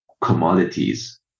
commodities